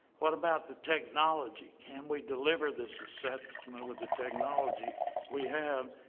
what about the technology? can we deliver this assessment with the technology we have?